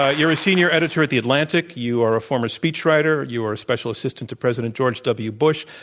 ah you are a senior editor at the atlantic. you are a former speech writer. you were a special assistant to president george w. bush.